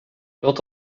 låt